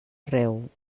arreu